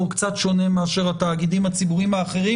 קצת שונה מאשר התאגידים הציבוריים האחרים.